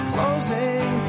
Closing